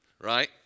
right